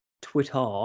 Twitter